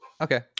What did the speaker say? Okay